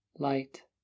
Light